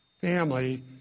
family